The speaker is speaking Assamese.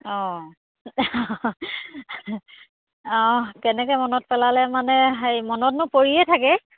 অঁ অঁ কেনেকৈ মনত পেলালে মানে হেৰি মনতনো পৰিয়ে থাকে